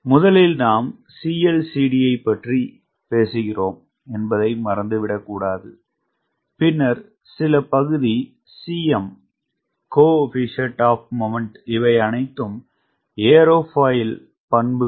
முதலில் நாம் CL CD ஐப் பற்றி பேசுகிறோம் என்பதை மறந்து விடக்கூடாது பின்னர் சில பகுதி Cm இவை அனைத்தும் ஏரோஃபாயில் பண்புகள்